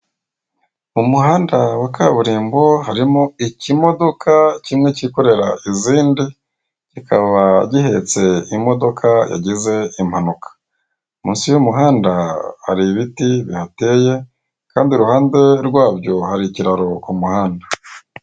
Umuhanda wa kaburimbo harimo ikimodoka kimwe kikorera izindi kikaba gihetse imodoka yagize impanuka, munsi y'umuhanda hari ibiti bihateye kandi i ruhande rwabyo hari ikiraro ku muhanda.